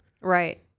Right